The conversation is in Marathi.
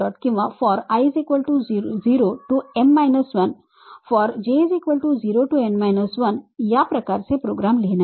किंवा fori0 to m 1 forj0 to n 1 याप्रकारचे प्रोग्रॅम्स लिहिण्यासारखे आहे